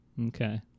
okay